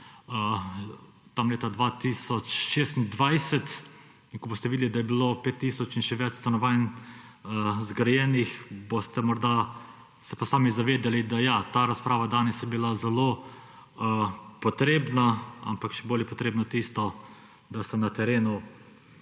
tam leta 2026 in ko boste videli, da je bilo 5 tisoč in še več stanovanj zgrajenih, boste morda se pa sami zavedali, da ja, ta razprava danes je bila zelo potrebna, ampak še bolj je potrebno tisto, da se na terenu